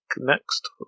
next